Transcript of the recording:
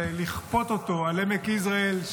ולכפות אותו על עמק יזרעאל,